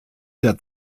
der